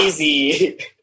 Easy